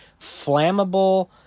flammable